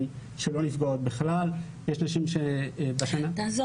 שלא נפגעות בכלל --- אם גיל הפרישה יעלה,